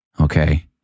okay